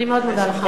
אני מאוד מודה לך.